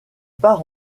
part